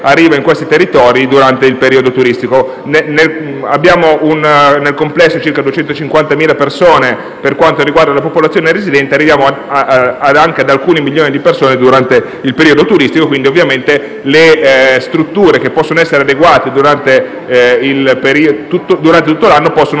arriva in questi territori durante il periodo turistico. Abbiamo nel complesso circa 250.000 persone per quanto riguarda la popolazione residente, mentre arriviamo anche ad alcuni milioni di persone durante il periodo turistico, quindi le strutture che risultano adeguate durante l'anno, possono